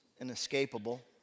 inescapable